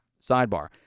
Sidebar